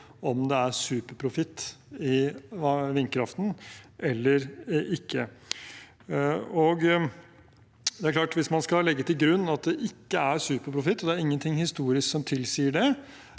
om det er superprofitt i vindkraften eller ikke. Hvis man skal legge til grunn at det ikke er superprofitt, og det er ingenting historisk som tilsier det